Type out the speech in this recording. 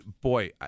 boy